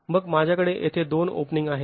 मग माझ्याकडे येथे दोन ओपनिंग आहेत